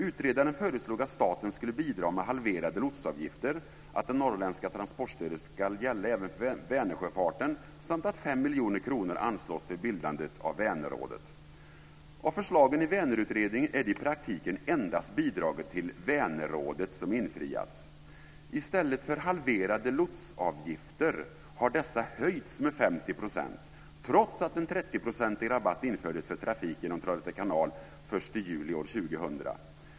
Utredaren föreslog att staten skulle bidra med halverade lotsavgifter, att det norrländska transportstödet ska gälla även för Vänersjöfarten samt att 5 miljoner kronor anslås för bildandet av Vänerrådet. Av förslagen i Vänerutredningen är det i praktiken endast bidraget till Vänerrådet som infriats. I stället för halverade lotsavgifter har dessa höjts med 50 %, trots att en 30-procentig rabatt infördes för trafik genom Trollhätte kanal den 1 juli 2000.